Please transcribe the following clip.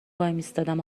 وایمیستادیم